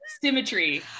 Symmetry